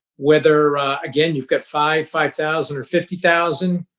whether again you've got five, five thousand, or fifty thousand,